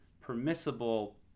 permissible